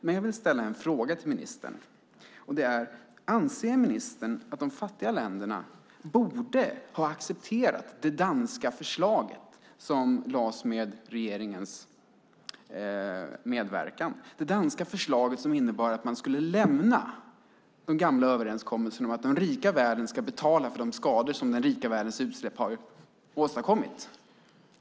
Men jag vill ställa en fråga till ministern: Anser ministern att de fattiga länderna borde ha accepterat det danska förslaget, som lades fram med regeringens medverkan? Det danska förslaget innebar att man skulle lämna den gamla överenskommelsen om att den rika världen ska betala för de skador som den rika världens utsläpp har åstadkommit.